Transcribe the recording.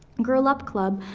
girl up club,